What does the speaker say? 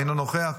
אינו נוכח,